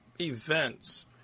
events